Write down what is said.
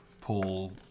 Paul